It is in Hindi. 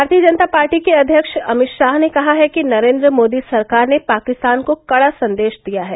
भारतीय जनता पार्टी के अध्यक्ष अमित शाह ने कहा है कि नरेन्द्र मोदी सरकार ने पाकिस्तान को कड़ा संदेश दिया है